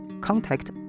contact